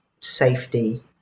safety